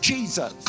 Jesus